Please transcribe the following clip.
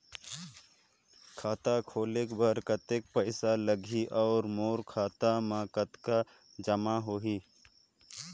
खाता खोले बर कतेक पइसा लगही? अउ मोर खाता मे कतका जमा होही?